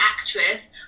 actress